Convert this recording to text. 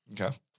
Okay